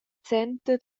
center